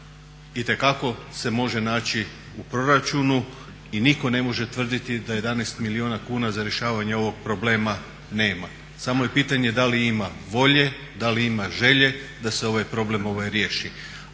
itekako se može naći u proračunu i nitko ne može tvrditi da 11 milijuna kuna za rješavanje ovog problema nema. Samo je pitanje da li ima volje, da li ima želje da se ovaj problem riješi.